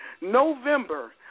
November